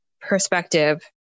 perspective